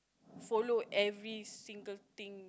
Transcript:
follow every single thing